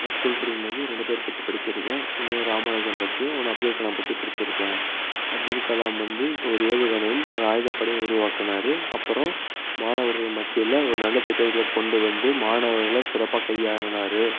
நான் ஸ்கூல் படிக்கும்போது ரெண்டு பேர் பற்றி படித்திருக்கேன் ஒன்று ராமானுஜம் பற்றி ஒன்று அப்துல்கலாம் பற்றி படித்திருக்கேன் அப்துல்கலாம் வந்து ஒரு ஏவுகணையும் ஒரு ஆயுதப்படையும் உருவாக்கினாரு அப்புறம் மாணவர்கள் மத்தியில் ஒரு நல்ல திட்டங்களை கொண்டு வந்து மாணவர்களை சிறப்பாக கையாள்னார்